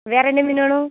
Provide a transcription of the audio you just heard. வேறு என்ன மீன் வேணும்